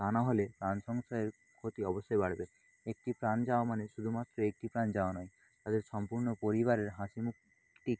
তা না হলে প্রাণ সংশয়ের ক্ষতি অবশ্যই বাড়বে একটি প্রাণ যাওয়া মানে শুধুমাত্র একটি প্রাণ যাওয়া নয় তাদের সম্পূর্ণ পরিবারের হাসি মুখটি